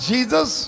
Jesus